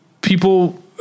people